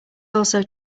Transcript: also